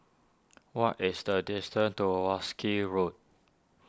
what is the distance to Wolskel Road